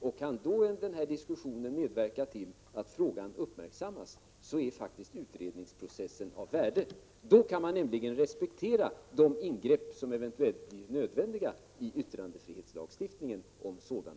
Om denna diskussion kan medverka till att frågan uppmärksammas så är faktiskt utredningsprocessen av värde. Man kan då respektera de ingrepp som eventuellt blir nödvändiga att göra i yttrandefrihetslagstiftningen.